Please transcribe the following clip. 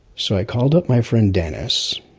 so i called up my friend dennis,